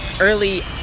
early